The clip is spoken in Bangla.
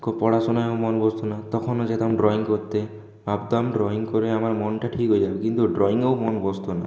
পড়াশুনায়ও মন বসতো না তখনও যেতাম ড্রয়িং করতে ভাবতাম ড্রয়িং করে আমার মনটা ঠিক হয়ে যাবে কিন্তু ড্রয়িঙেও আমার মন বসতো না